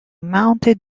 mounted